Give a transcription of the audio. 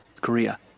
Korea